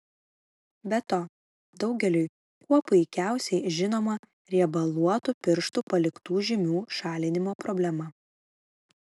be to daugeliui kuo puikiausiai žinoma riebaluotų pirštų paliktų žymių šalinimo problema